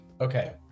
Okay